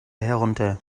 herunter